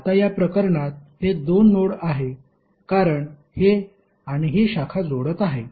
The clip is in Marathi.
आता या प्रकरणात हे दोन नोड आहे कारण हे आणि ही शाखा जोडत आहे